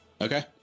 Okay